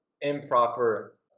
improper